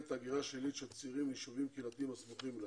הגירה שלילית של צעירים לישובים קהילתיים הסמוכים לעיר.